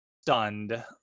stunned